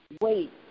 Wait